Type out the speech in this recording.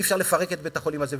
אי-אפשר לפרק את בית-החולים הזה.